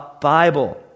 Bible